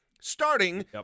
Starting